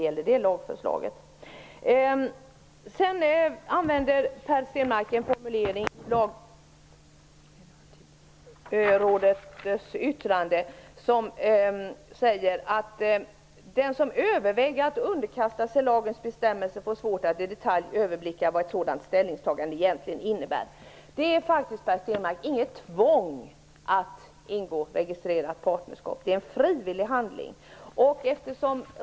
Per Stenmarck använde en formulering ur Lagrådets yttrande, nämligen att ''den som överväger att underkasta sig lagens bestämmelser får svårt att i detalj överblicka vad ett sådant ställningstagande egentligen innebär''. Det finns faktiskt, Per Stenmarck, inget tvång att ingå ett registrerat parnerskap. Det är en frivillig handling.